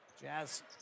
Jazz